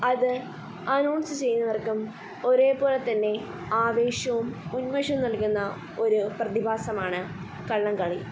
അത് അനൗൺസ് ചെയ്യുന്നവർക്കും ഒരേ പോലെ തന്നെ ആവേശവും ഉന്മേഷവും നൽകുന്ന ഒരു പ്രതിഭാസമാണ് വള്ളം കളി